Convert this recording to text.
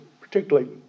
particularly